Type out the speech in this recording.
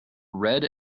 red